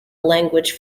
language